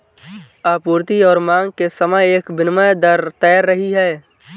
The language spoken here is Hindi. आपूर्ति और मांग के समय एक विनिमय दर तैर रही है